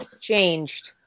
changed